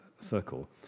circle